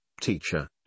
teacher